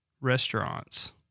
restaurants